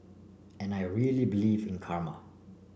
and I really believe in karma